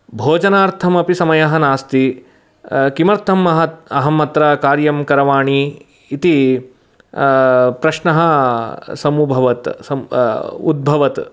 भोजनार्थमपि स्मयः नास्ति किमर्थमहत् अहम् अत्र कार्यं करवाणि इति प्रश्नः समुभवत् सम् उद्भवत्